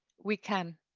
we can,